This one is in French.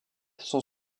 sont